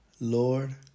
Lord